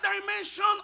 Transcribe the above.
dimension